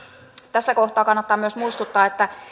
tässä kohtaa kannattaa myös muistuttaa että